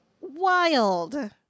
wild